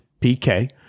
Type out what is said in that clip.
PK